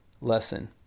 lesson